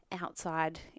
outside